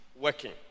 working